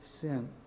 sin